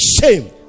shame